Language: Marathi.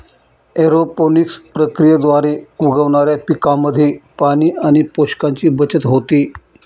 एरोपोनिक्स प्रक्रियेद्वारे उगवणाऱ्या पिकांमध्ये पाणी आणि पोषकांची बचत होते